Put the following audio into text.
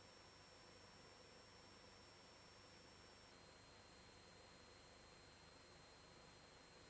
Grazie